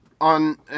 on